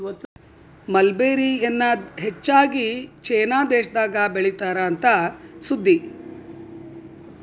mulberry ಎನ್ನಾ ಹೆಚ್ಚಾಗಿ China ದೇಶದಾಗ ಬೇಳಿತಾರ ಅಂತ ಸುದ್ದಿ